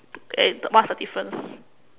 what's the difference